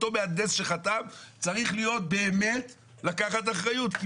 אותו מהנדס שחתם צריך לקחת אחריות כי